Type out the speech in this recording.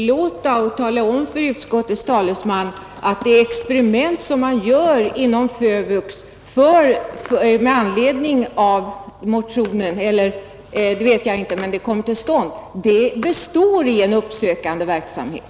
Herr talman! Låt mig då tala om för utskottets talesman att det experiment som görs inom FÖVUX — om det sker med anledning av motionen vet jag inte — just består i en uppsökande verksamhet.